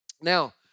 Now